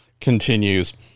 continues